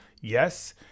Yes